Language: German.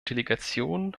delegation